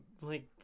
like-